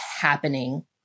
happening